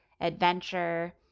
adventure